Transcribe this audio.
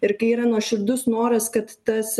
ir kai yra nuoširdus noras kad tas